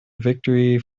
victory